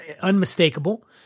unmistakable